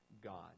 God